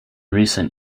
recent